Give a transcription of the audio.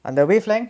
அந்த:antha wavelength